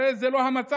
הרי זה לא המצב.